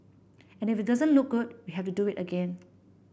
and if it doesn't look good we have to do it again